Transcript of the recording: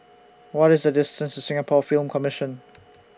What IS The distance Singapore Film Commission